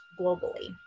globally